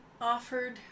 offered